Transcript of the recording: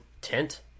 tent